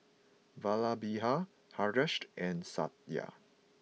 Vallabhbhai Hareshed and Satya